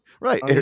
right